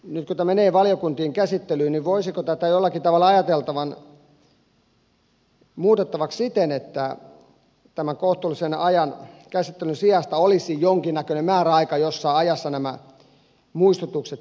nyt kun tämä menee valiokuntiin käsittelyyn voisiko tätä jollakin tavalla ajatella muutettavaksi siten että tämän kohtuullisen käsittelyajan sijasta olisi jonkinnäköinen määräaika jonka sisällä nämä muistutukset pitäisi käsitellä